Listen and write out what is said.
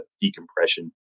decompression